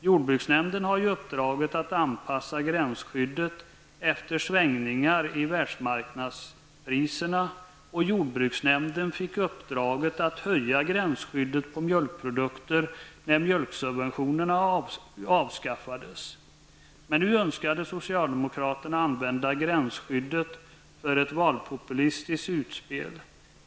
Jordbruksnämnden har uppdraget att anpassa gränsskyddet efter svängningar i världsmarknadspriserna. Jordbruksnämnden fick uppdraget att höja gränsskyddet på mjölkprodukter när mjölksubventionerna avskaffades. Nu önskade socialdemokraterna använda gränsskyddet för ett valpopulistiskt utspel.